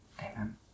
Amen